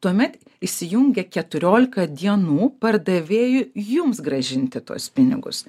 tuomet įsijungia keturiolika dienų pardavėjui jums grąžinti tuos pinigus